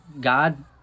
God